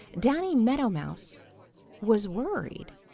danny meadow mouse was worried.